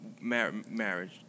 Marriage